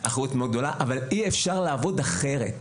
אבל אי אפשר לעבוד אחרת.